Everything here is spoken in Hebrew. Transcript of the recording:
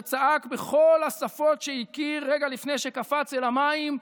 שצעק בכל השפות שהכיר רגע לפני שקפץ אל המים: